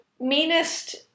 meanest